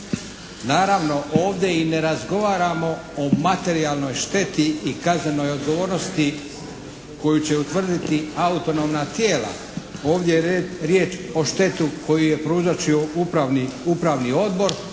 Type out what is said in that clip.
Naravno ovdje i ne razgovaramo o materijalnoj šteti i kaznenoj odgovornosti koju će utvrditi autonomna tijela. Ovdje je riječ o šteti koju je prouzročio Upravni odbor